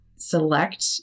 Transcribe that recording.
select